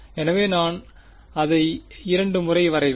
எனவே நான் அதை 2 முறை வரைவேன்